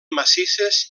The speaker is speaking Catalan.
massisses